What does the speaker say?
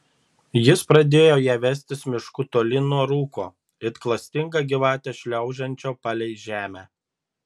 jis pradėjo ją vestis mišku tolyn nuo rūko it klastinga gyvatė šliaužiančio palei žemę